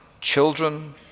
children